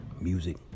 music